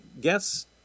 guess